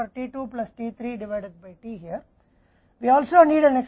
इसलिए हमारे पास है t 2 प्लस t 3 के लिए एक अभिव्यक्ति t द्वारा विभाजित यहां